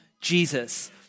Jesus